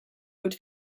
would